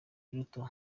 ruto